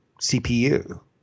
CPU